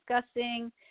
discussing